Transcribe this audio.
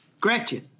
Gretchen